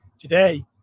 today